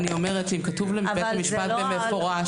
אני אומרת שאם כתוב לבית משפט במפורש